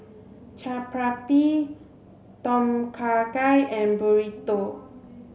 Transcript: Chaat Papri Tom Kha Gai and Burrito